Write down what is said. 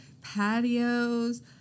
patios